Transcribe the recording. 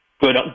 good